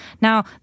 Now